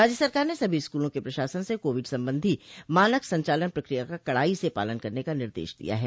राज्य सरकार ने सभी स्कूलों के प्रशासन से कोविड संबंधी मानक संचालन प्रक्रिया का कडाई से पालन करने का निर्देश दिया है